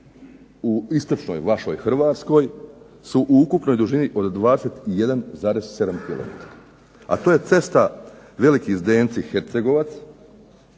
u Istočnoj (vašoj) Hrvatskoj su u ukupnoj dužini od 21,7 km. A to je cesta Veliki Zdenci – Hercegovac